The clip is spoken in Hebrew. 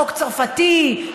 החוק הצרפתי,